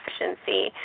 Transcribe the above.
efficiency